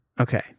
Okay